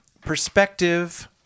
perspective